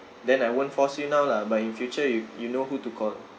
then I won't force you now lah but in future you you know who to call